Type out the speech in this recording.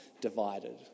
divided